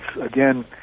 again